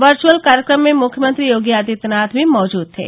virtual कार्यक्रम में मुख्यमंत्री योगी आदित्यनाथ भी मौजूद थे